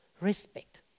Respect